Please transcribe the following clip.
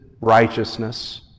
righteousness